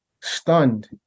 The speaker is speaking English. Stunned